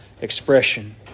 expression